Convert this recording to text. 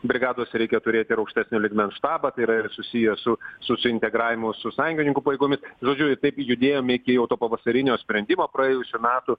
brigados reikia turėti ir aukštesnio lygmens štabą tai yra ir susiję su su suintegravimo su sąjungininkų pajėgomis žodžie jie taip judėjome iki jau to pavasarinio sprendimo praėjusių metų